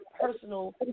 Personal